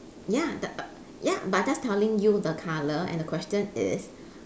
ya that err ya but I just telling you the colour and the question is